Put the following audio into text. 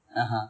(uh huh)